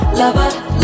lover